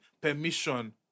permission